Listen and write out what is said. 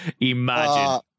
Imagine